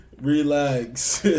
Relax